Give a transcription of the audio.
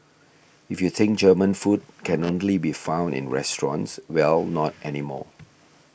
if you think German food can only be found in restaurants well not anymore